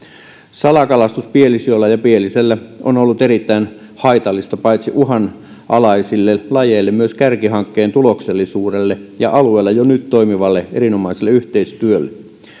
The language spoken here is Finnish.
salakalastus pielisjoella ja pielisellä on ollut erittäin haitallista paitsi uhanalaisille lajeille myös kärkihankkeen tuloksellisuudelle ja alueella jo nyt toimivalle erinomaiselle yhteistyölle